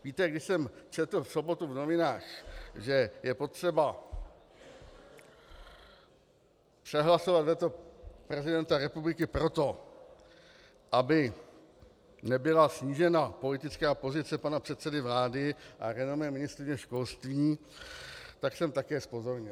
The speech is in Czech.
Víte, když jsem četl v sobotu v novinách, že je potřeba přehlasovat veto prezidenta republiky proto, aby nebyla snížena politická pozice pana předsedy vlády a renomé ministryně školství, tak jsem také zpozorněl.